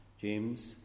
James